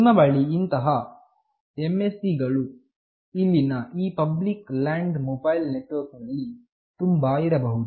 ನಿಮ್ಮ ಬಳಿ ಇಂತಹ MSC ಗಳು ಇಲ್ಲಿನ ಈ ಪಬ್ಲಿಕ್ ಲ್ಯಾಂಡ್ ಮೊಬೈಲ್ ನೆಟ್ವರ್ಕ್ ನಲ್ಲಿ ತುಂಬಾ ಇರಬಹುದು